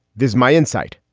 this my insight.